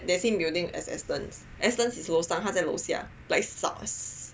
yeah yeah but that that same building as Astons Astons is 楼上它在楼下 like